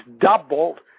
doubled